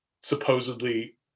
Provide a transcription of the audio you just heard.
supposedly